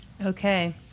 Okay